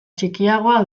txikiagoa